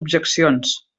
objeccions